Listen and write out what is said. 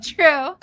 True